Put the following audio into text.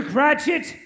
Cratchit